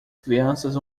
crianças